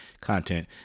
content